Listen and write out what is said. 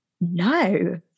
No